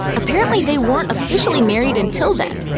apparently they weren't officially married until then!